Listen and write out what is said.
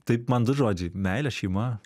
taip man du žodžiai meilė šeima